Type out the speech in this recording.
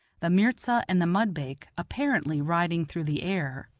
the mirza, and the mudbake apparently riding through the air.